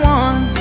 one